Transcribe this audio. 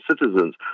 citizens